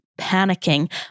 panicking